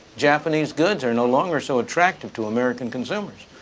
japanese goods are no longer so attractive to american consumers.